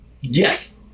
yes